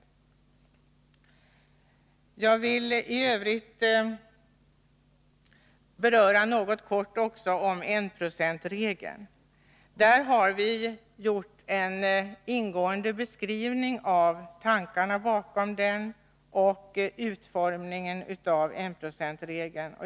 Jag vill i övrigt också kort beröra enprocentsregeln. Vi har lämnat en ingående beskrivning av tankarna bakom enprocentregelns utformning.